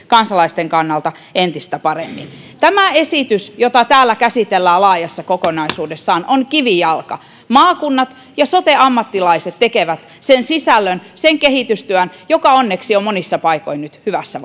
kansalaisten kannalta entistä parempi tämä esitys jota täällä käsitellään laajassa kokonaisuudessaan on kivijalka maakunnat ja sote ammattilaiset tekevät sen sisällön sen kehitystyön joka onneksi on monissa paikoin nyt hyvässä